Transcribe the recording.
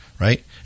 right